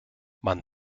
man